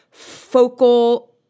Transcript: focal